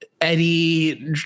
Eddie